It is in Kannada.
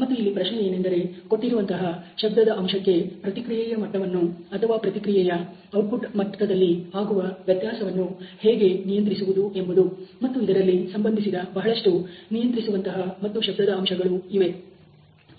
ಮತ್ತು ಇಲ್ಲಿ ಪ್ರಶ್ನೆಯೇನೆಂದರೆ ಕೊಟ್ಟಿರುವಂತಹ ಶಬ್ದದ ಅಂಶಕ್ಕೆ ಪ್ರತಿಕ್ರಿಯೆಯ ಮಟ್ಟವನ್ನು ಅಥವಾ ಪ್ರತಿಕ್ರಿಯೆಯ ಔಟ್ಪುಟ್ ಮಟ್ಟದಲ್ಲಿ ಆಗುವ ವ್ಯತ್ಯಾಸವನ್ನು ಹೇಗೆ ನಿಯಂತ್ರಿಸುವುದು ಎಂಬುದು ಮತ್ತು ಇದರಲ್ಲಿ ಸಂಬಂಧಿಸಿದ ಬಹಳಷ್ಟು ನಿಯಂತ್ರಿಸುವಂತಹ ಮತ್ತು ಶಬ್ದದ ಅಂಶಗಳು ಇವೆ